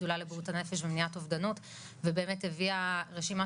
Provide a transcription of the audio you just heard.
השדולה לבריאות הנפש ומניעת אובדנות והביאה רשימה